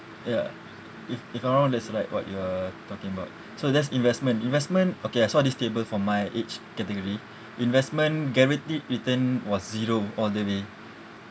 ya if if I'm not wrong that's like what you are talking about so that's investment investment okay I saw this table for my age category investment guaranteed return was zero all the way